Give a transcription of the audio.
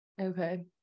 okay